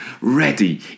Ready